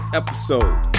episode